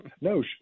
No